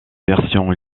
versions